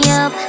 up